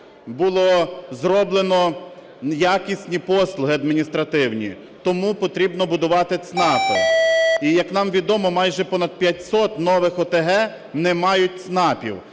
було зроблено якісні послуги адміністративні, тому потрібно будувати ЦНАПи. І, як нам відомо, майже понад 500 нових ОТГ не мають ЦНАПів,